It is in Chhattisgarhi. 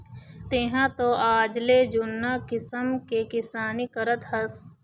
तेंहा तो आजले जुन्ना किसम के किसानी करत हस